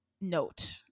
note